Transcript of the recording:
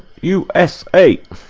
u s. eight